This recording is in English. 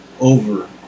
over